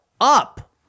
up